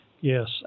Yes